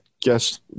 guess